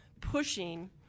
pushing